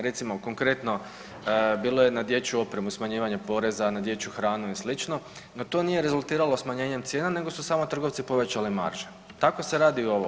Recimo konkretno bilo je na dječju opremu smanjivanje poreza na dječju hranu i slično, no to nije rezultiralo smanjenjem cijena nego su samo trgovi povećali marže, tako se radi i ovo.